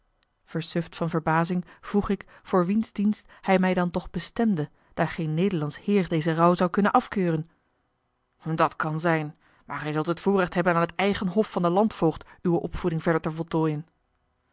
versuft van verbazing vroeg ik voor wiens dienst hij mij dan toch bestemde daar geen nederlandsch heer dezen rouw zou kunnen afkeuren dat kan zijn maar gij zult het voorrecht hebben aan het eigen hof van den landvoogd uwe opvoeding verder te voltooien